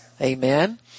Amen